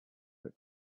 that